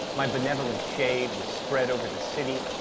my benevolent shade was spread over the city,